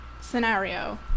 scenario